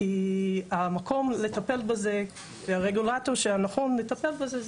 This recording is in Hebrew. כי המקום לטפל בזה והרגולטור הנכון לטפל בזה זה